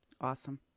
Awesome